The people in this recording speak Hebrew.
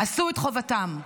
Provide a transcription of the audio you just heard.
עשו את חובתם,